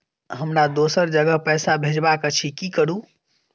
हमरा दोसर जगह पैसा भेजबाक अछि की करू?